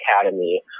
Academy